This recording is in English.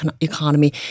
economy